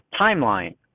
timeline